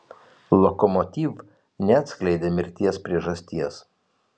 lokomotiv neatskleidė mirties priežasties